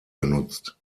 benutzt